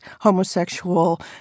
homosexual